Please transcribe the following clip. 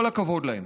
כל הכבוד להם.